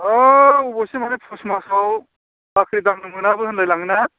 औ अबेसे माथो पुष मासाव बाख्रि दांनो मोनाबो होनलायलाङोना